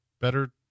better